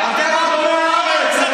אתם אדוני הארץ.